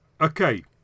Okay